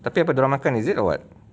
tapi apa dia orang makan is it or what